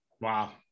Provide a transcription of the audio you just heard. Wow